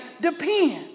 depend